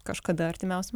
kažkada artimiausiu